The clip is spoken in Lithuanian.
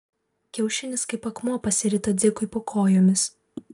kiaušinis kaip akmuo pasirito dzikui po kojomis